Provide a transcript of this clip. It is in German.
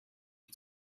ich